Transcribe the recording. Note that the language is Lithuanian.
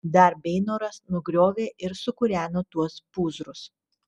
dar beinoras nugriovė ir sukūreno tuos pūzrus